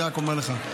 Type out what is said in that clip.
אני רק אומר לך,